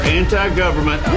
anti-government